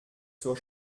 zur